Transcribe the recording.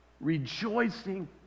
Rejoicing